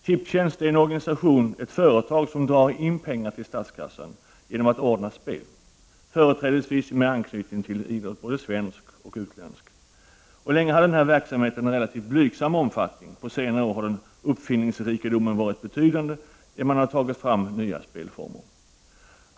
Tipstjänst är ett företag som drar in pengar till statskassan genom att ordna spel, företrädesvis med anknytning till idrott, både svensk och utländsk. Länge hade den här verksamheten en relativt blygsam omfattning, och på senare år har uppfinningsrikedomen varit betydande, när man har tagit fram nya spelformer.